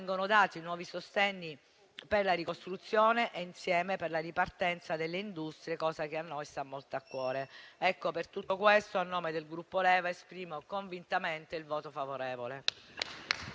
vengono dati nuovi sostegni per la ricostruzione e insieme per la ripartenza delle industrie, cosa che a noi sta molto a cuore. Per tutti questi motivi, a nome del Gruppo Lega esprimo convintamente il voto favorevole.